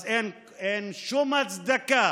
אז אין שום הצדקה